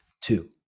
two